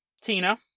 Tina